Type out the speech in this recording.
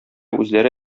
үзләре